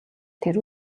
тэр